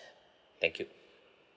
thank you